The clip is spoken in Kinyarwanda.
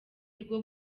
rwo